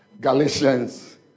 Galatians